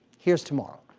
here's tomorrow.